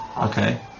Okay